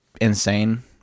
insane